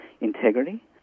integrity